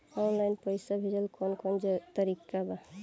Online पइसा भेजेला कवन कवन तरीका बा?